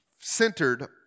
centered